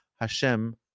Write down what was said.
Hashem